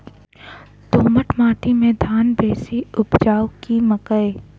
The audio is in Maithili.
दोमट माटि मे धान बेसी उपजाउ की मकई?